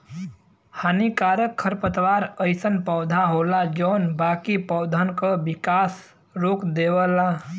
हानिकारक खरपतवार अइसन पौधा होला जौन बाकी पौधन क विकास रोक देवला